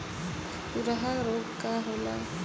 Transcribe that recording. खुरहा रोग का होला?